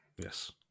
Yes